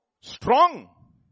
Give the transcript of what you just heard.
Strong